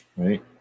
Right